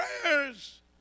prayers